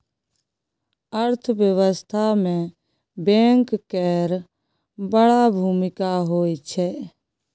अर्थव्यवस्था मे बैंक केर बड़ भुमिका होइ छै